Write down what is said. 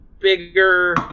bigger